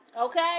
Okay